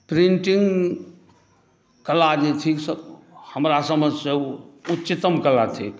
painting कला जे थिक हमरा समझसँ ओ उच्चतम कला थिक